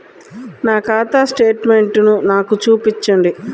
నా ఖాతా స్టేట్మెంట్ను నాకు చూపించు